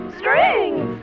strings